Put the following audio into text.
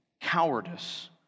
cowardice